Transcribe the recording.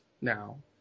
now